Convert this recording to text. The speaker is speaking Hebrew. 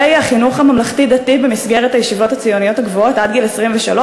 החינוך הממלכתי-דתי במסגרת הישיבות הציוניות הגבוהות עד גיל 23,